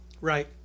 Right